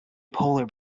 polar